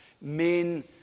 main